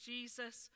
Jesus